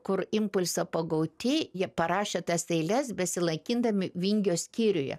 kur impulso pagauti jie parašė tas eiles besilaikydami vingio skyriuje